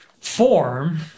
form